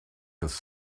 his